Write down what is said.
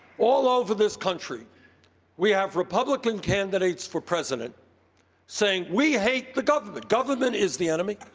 all over this country we have republican candidates for president saying we hate the government. government is the enemy.